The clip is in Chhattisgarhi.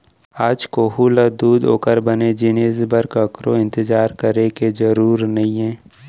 आज कोहूँ ल दूद ओकर बने जिनिस बर ककरो इंतजार करे के जरूर नइये